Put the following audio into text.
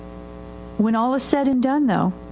when all is said and done though,